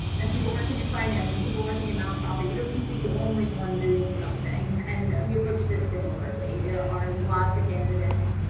and people working in finance and people working in nonprofit, you don't need to be the only one doing something. and we approach this similarly. there are lots of candidates,